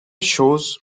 shows